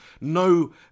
no